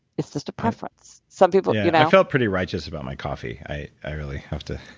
it's just a preference. some people yeah, i felt pretty righteous about my coffee. i i really have to